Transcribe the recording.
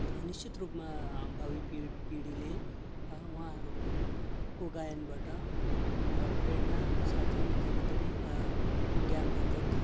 निश्चित रूपमा भावी पिँढी पिँढीले उहाँहरूको गायनबाट प्रेरणा साथै धेरै धेरै ज्ञानवर्धक